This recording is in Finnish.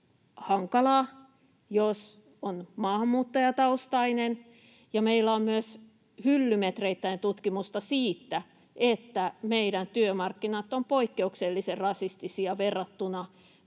hankalaa, jos on maahanmuuttajataustainen, ja meillä on myös hyllymetreittäin tutkimusta siitä, että meidän työmarkkinat ovat poikkeuksellisen rasistisia verrattuna